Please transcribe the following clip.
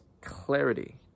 clarity